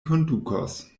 kondukos